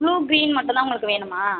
blue green மட்டும் தான் உங்களுக்கு வேணுமா